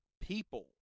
people